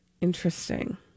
Interesting